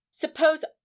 Suppose